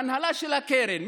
ההנהלה של הקרן,